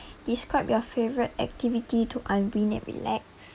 describe your favourite activity to unwind and relax